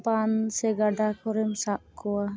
ᱵᱟᱸᱫᱽ ᱥᱮ ᱜᱟᱰᱟ ᱠᱚᱨᱮᱢ ᱥᱟᱵ ᱠᱚᱣᱟ